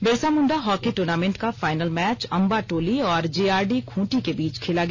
Birsa Munda hockey tournament का final match Ambatoli और GRD Khunti के बीच खेला गया